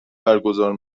برگزار